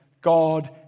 God